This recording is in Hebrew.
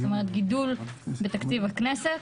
זאת אומרת, גידול בתקציב הכנסת